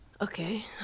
okay